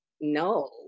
no